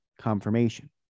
confirmation